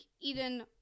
Eden